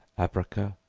abraca,